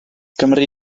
gymri